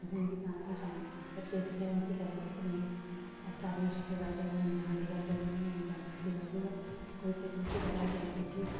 उत्थें मिगी तां गै चैन निं आंदा पर जिसलै मिगी लगदा कि नेईं अज्ज सारा किश ठीक ऐ जां चाहे इंसान दी गल्ल होऐ भामें जानवर दी गल्ल होऐ पर ओह् मिगी पता गै जिसी